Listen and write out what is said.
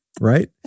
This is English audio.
Right